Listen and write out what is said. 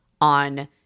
on